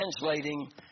translating